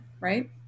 Right